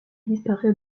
disparait